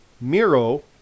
Miro